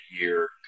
year